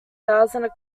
thousands